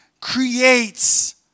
creates